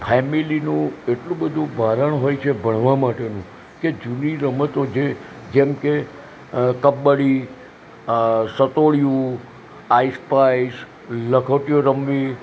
ફેમિલીનું એટલું બધું ભારણ હોય છે ભણવા માટેનું કે જૂની રમતો જે જેમકે કબડ્ડી સાતોલિયું આઇસપાઇસ લખોટીઓ રમવી